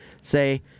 say